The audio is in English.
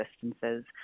distances